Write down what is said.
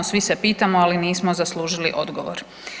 Svi se pitamo, ali nismo zaslužili odgovor.